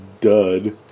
dud